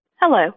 Hello